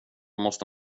måste